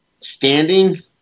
Standing